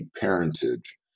parentage